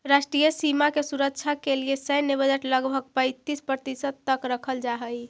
राष्ट्रीय सीमा के सुरक्षा के लिए सैन्य बजट लगभग पैंतीस प्रतिशत तक रखल जा हई